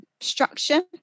structure